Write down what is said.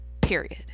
Period